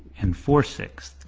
and four six ths,